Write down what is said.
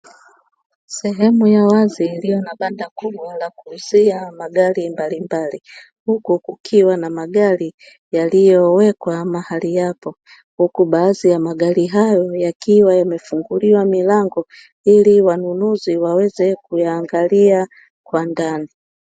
Sehemu ya wazi iliyo na banda kubwa la kuuzia magari mbalimbali, huku kukiwa na magari yaliyowekwa mahali hapo huku baadhi ya magari hayo, yakiwa yamefunguliwa milango ili wanunuzi waweze kuyaangalia kwa ndani.